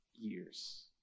years